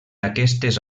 aquestes